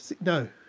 no